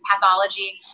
pathology